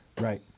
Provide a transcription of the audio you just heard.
Right